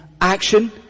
action